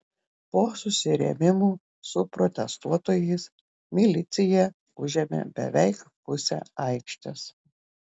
po susirėmimų su protestuotojais milicija užėmė beveik pusę aikštės